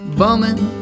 bumming